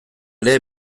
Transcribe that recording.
ere